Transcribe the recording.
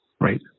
Right